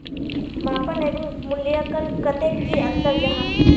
मापन एवं मूल्यांकन कतेक की अंतर जाहा?